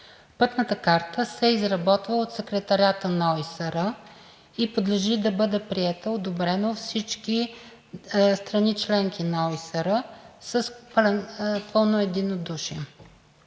Пътната карта се изработва от Секретариата на ОИСР и подлежи да бъде приета, одобрена от всички страни – членки на ОИСР, с пълно единодушие.